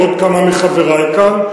ועוד כמה מחברי כאן,